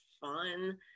fun